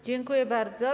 Dziękuję bardzo.